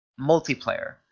multiplayer